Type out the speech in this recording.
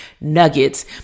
nuggets